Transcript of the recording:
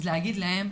אז להגיד להם,